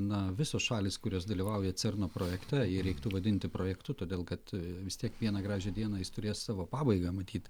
na visos šalys kurios dalyvauja cerno projekte jį reiktų vadinti projektu todėl kad vis tiek vieną gražią dieną jis turės savo pabaigą matyt